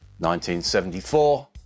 1974